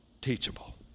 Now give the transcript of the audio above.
teachable